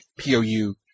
POU